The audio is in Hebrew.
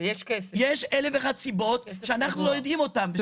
יש אלף ואחת סיבות שאנחנו לא יודעים,